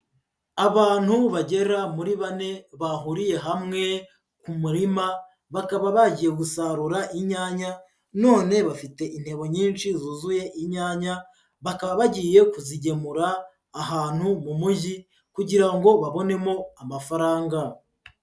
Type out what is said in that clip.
Abantu bagera muri bane bahuriye hamwe ku murima bakaba bagiye gusarura inyanya none bafite intebo nyinshi zuzuye inyanya, bakaba bagiye kuzigemura ahantu mu mujyi kugira ngo babonemo amafaranga.